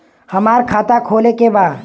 हमार खाता खोले के बा?